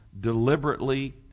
deliberately